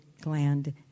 gland